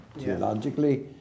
geologically